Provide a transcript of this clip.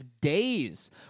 days